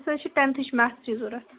اَسہِ حظ چھِ ٹیٚنتھٕچ میتھچہِ ضروٗرت